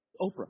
Oprah